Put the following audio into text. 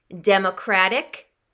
Democratic